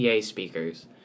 speakers